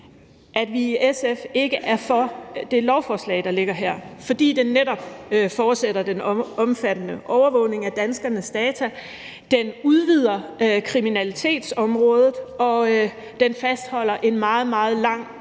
at vi i SF ikke er for det lovforslag, der ligger her, fordi det netop forudsætter den omfattende overvågning af danskernes data, det udvider kriminalitetsområdet og det fastholder en meget, meget lang